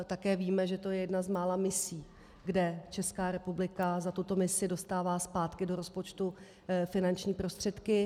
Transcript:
Také víme, že to je jedna z mála misí, kde Česká republika za tuto misi dostává zpátky do rozpočtu finanční prostředky.